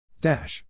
Dash